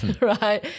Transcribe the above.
right